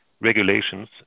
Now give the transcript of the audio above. regulations